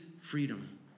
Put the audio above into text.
freedom